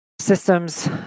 systems